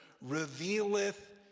revealeth